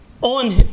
on